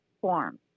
forms